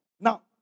Now